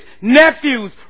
nephews